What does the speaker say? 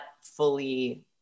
fully